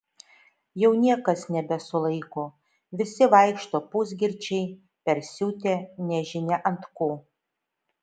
jau niekas nebesulaiko visi vaikšto pusgirčiai persiutę nežinia ant ko